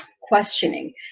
questioning